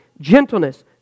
gentleness